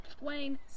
Wayne